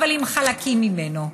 אבל עם חלקים ממנו.